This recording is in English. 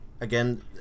again